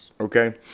okay